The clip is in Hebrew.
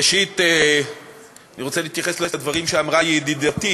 ראשית, אני רוצה להתייחס לדברים שאמרה ידידתי